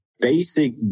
basic